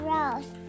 Rose